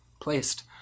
placed